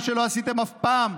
מה שלא עשיתם אף פעם,